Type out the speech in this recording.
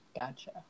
Gotcha